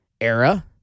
era